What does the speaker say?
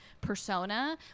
persona